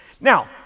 Now